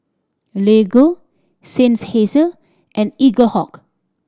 Lego Seinheiser and Eaglehawk